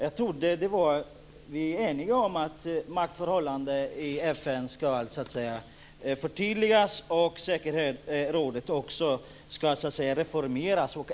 Jag trodde att vi var eniga om att maktförhållandena i FN ska förtydligas och att säkerhetsrådet och FN också ska reformeras.